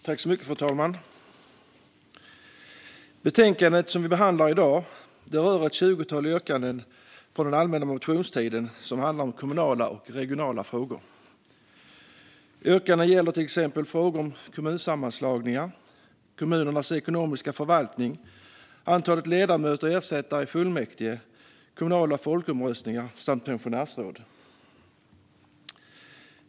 Fru talman! Det betänkande som vi behandlar i dag rör ett tjugotal yrkanden från den allmänna motionstiden som handlar om kommunala och regionala frågor. Yrkandena gäller till exempel frågor om kommunsammanslagningar, kommunernas ekonomiska förvaltning, antalet ledamöter och ersättare i fullmäktige, kommunala folkomröstningar samt pensionärsråd.